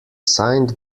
signed